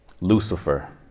Lucifer